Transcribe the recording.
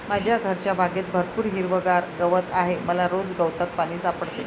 माझ्या घरच्या बागेत भरपूर हिरवागार गवत आहे मला रोज गवतात पाणी सापडते